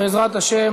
בעזרת השם,